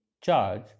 charge